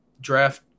draft